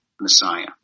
Messiah